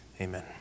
Amen